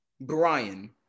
Brian